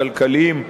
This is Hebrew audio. הכלכליים,